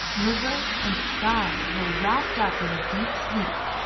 river, and sky were wrapped up in a deep sleep,